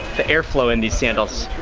the airflow in these sandals,